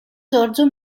giorgio